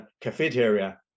cafeteria